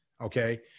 Okay